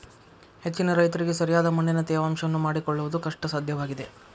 ಹೆಚ್ಚಿನ ರೈತರಿಗೆ ಸರಿಯಾದ ಮಣ್ಣಿನ ತೇವಾಂಶವನ್ನು ಮಾಡಿಕೊಳ್ಳವುದು ಕಷ್ಟಸಾಧ್ಯವಾಗಿದೆ